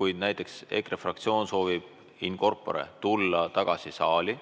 kui näiteks EKRE fraktsioon soovibin corporetulla saali,